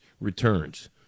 returns